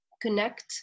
connect